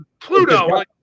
Pluto